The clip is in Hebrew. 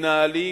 מנהלים